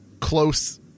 close